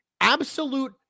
absolute